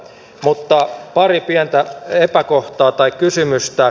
mutta pari pientä epäkohtaa tai kysymystä